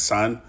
Son